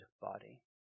body